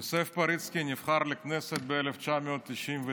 יוסף פריצקי נבחר לכנסת ב-1999,